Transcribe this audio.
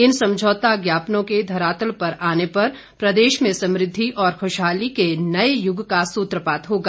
इन समझौता ज्ञापनों के धरातल पर आने पर प्रदेश में समृद्धि और खुशहाली के नए युग का सूत्रपात होगा